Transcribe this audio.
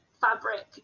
fabric